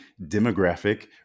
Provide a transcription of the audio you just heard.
demographic